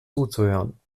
zuzuhören